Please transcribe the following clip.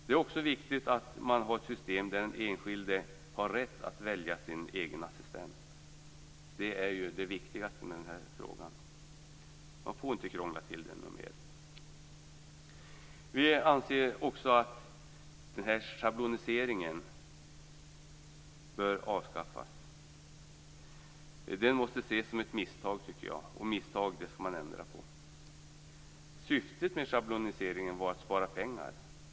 Det är också viktigt att man har ett system där den enskilde har rätt att välja sin egen assistent. Det är ju det viktigaste i detta sammanhang. Man får inte krångla till detta ännu mer. Vi anser också att denna schablonisering bör avskaffas. Den måste ses som ett misstag. Och misstag måste man ändra på. Syftet med schabloniseringen var att spara pengar.